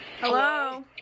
Hello